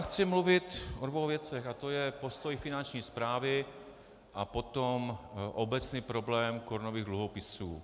Chci mluvit o dvou věcech a to je postoj Finanční správy a potom obecný problém korunových dluhopisů.